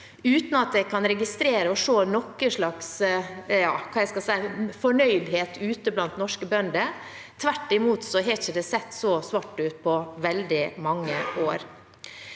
uten at jeg kan registrere noe slags, hva skal jeg si, fornøydhet ute blant norske bønder. Tvert imot har det ikke sett så svart ut på veldig mange år.